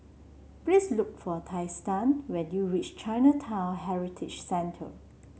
please look for Trystan when you reach Chinatown Heritage Centre